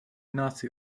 nazi